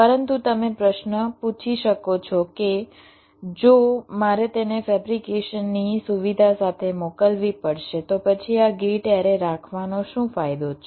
પરંતુ તમે પ્રશ્ન પૂછી શકો છો કે જો મારે તેને ફેબ્રિકેશનની સુવિધા સાથે મોકલવી પડશે તો પછી આ ગેટ એરે રાખવાનો શું ફાયદો છે